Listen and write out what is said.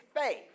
faith